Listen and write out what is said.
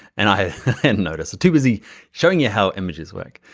and i noticed, too busy showing you how images work.